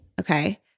Okay